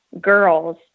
girls